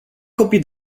copii